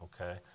Okay